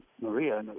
Maria